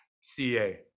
CA